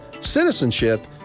citizenship